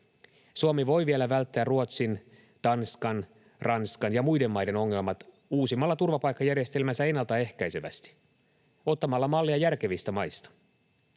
Suomi voi vielä välttää Ruotsin, Tanskan, Ranskan ja muiden maiden ongelmat uusimalla turvapaikkajärjestelmänsä ennaltaehkäisevästi ja ottamalla mallia järkevistä maista.